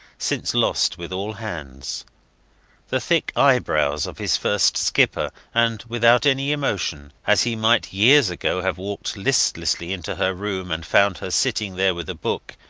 since lost with all hands the thick eyebrows of his first skipper and without any emotion, as he might years ago have walked listlessly into her room and found her sitting there with a book,